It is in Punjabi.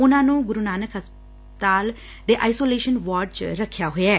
ਉਨੂਾ ਨੂੰ ਗੁਰੂ ਨਾਨਕ ਹਸਪਤਾਲ ਦੇ ਆਈਸੋਲੇਸ਼ਨ ਵਾਰਡ ਚ ਰਖਿਆ ਹੋਇਆ ਐ